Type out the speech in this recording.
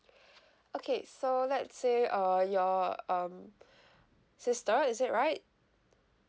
okay so let's say uh your um sister is it right